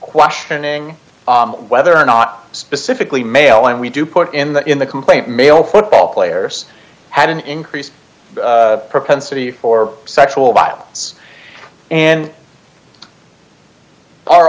question in whether or not specifically male and we do put in that in the complaint mail football players had an increased propensity for sexual violence and our